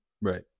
Right